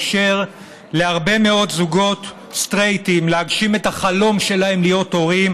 אפשר להרבה מאוד זוגות סטרייטים להגשים את החלום שלהם להיות הורים,